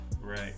right